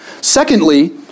Secondly